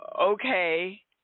Okay